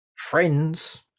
Friends